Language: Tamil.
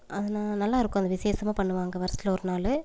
அது ந நல்லா இருக்கும் அது விசேஷமாக பண்ணுவாங்க வருஷத்துல ஒரு நாள்